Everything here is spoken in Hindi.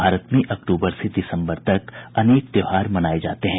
भारत में अक्टूबर से दिसंबर तक अनेक त्योहार मनाए जाते हैं